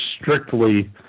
strictly